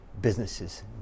businesses